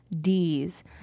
D's